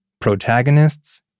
Protagonists